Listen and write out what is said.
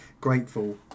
grateful